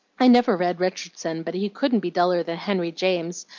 i never read richardson, but he couldn't be duller than henry james,